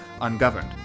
ungoverned